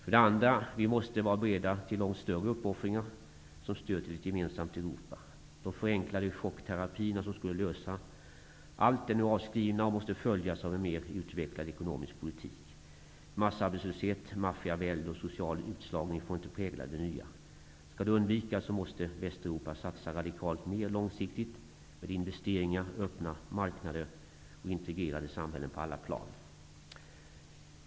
Vi måste för det andra vara beredda till långt större uppoffringar som stöd till ett gemensamt Europa. De förenklade chockterapierna som skulle lösa allt är nu avskrivna och måste följas av en mer utvecklad ekonomisk politik. Massarbetslöshet, maffiavälde och social utslagning får inte prägla det nya. Skall det undvikas måste Västeuropa satsa radikalt mer långsiktigt med investeringar, öppna marknader och integrerade samhällen på alla plan.